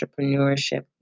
entrepreneurship